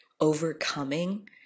overcoming